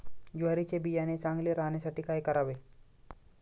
ज्वारीचे बियाणे चांगले राहण्यासाठी काय करावे?